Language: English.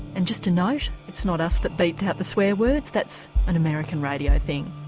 and just a note, it's not us that beeped out the swear words, that's an american radio thing.